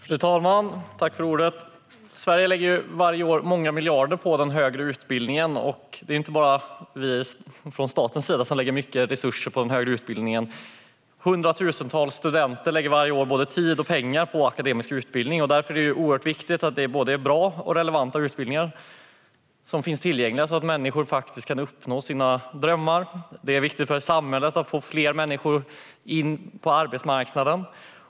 Fru talman! Sverige lägger varje år många miljarder på den högre utbildningen. Det är inte bara vi från statens sida som lägger mycket resurser på den högre utbildningen. Hundratusentals studenter lägger varje år både tid och pengar på akademisk utbildning. Därför är det oerhört viktigt att de utbildningar som finns tillgängliga är bra och relevanta, så att människor faktiskt kan uppnå sina drömmar. Det är viktigt för samhället att få fler människor in på arbetsmarknaden.